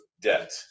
debt